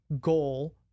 goal